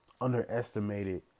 underestimated